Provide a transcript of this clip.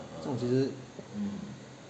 这种其实